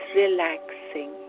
relaxing